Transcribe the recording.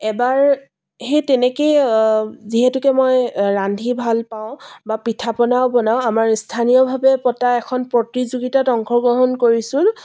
এবাৰ সেই তেনেকৈয়ে যিহেতুকে মই ৰান্ধি ভাল পাওঁ বা পিঠা পনাও বনাওঁ আমাৰ স্থানীয়ভাৱে পতা এখন প্ৰতিযোগিতাত অংশগ্ৰহণ কৰিছিলোঁ